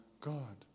God